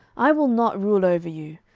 i will not rule over you,